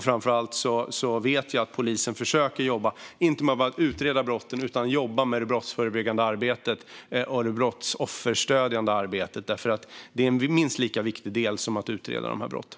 Framför allt vet jag att polisen försöker jobba inte bara med att utreda brotten utan också med det brottsförebyggande och det brottsofferstödjande arbetet. Det är en minst lika viktig del som att utreda de här brotten.